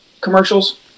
commercials